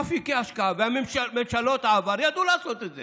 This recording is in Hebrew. אפיקי השקעה, וממשלות העבר ידעו לעשות את זה.